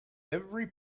every